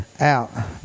out